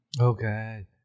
Okay